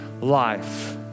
life